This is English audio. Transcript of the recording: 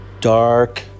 Dark